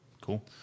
Cool